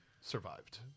survived